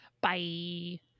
Bye